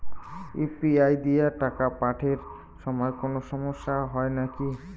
UPI দিয়া টাকা পাঠের সময় কোনো সমস্যা হয় নাকি?